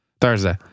Thursday